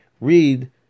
read